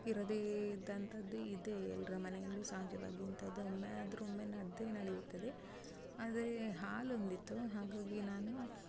ಇರದೇ ಇದ್ದಂಥದ್ದು ಇದೆ ಎಲ್ಲರ ಮನೆಯಲ್ಲು ಸಹಜವಾಗಿ ಇಂಥದು ಒಮ್ಮೆಯಾದರು ಒಮ್ಮೆ ನಡೆದೆ ನಡಿಯುತ್ತದೆ ಆದರೆ ಹಾಲೊಂದಿತ್ತು ಹಾಗಾಗಿ ನಾನು